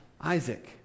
Isaac